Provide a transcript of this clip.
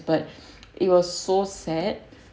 but it was so sad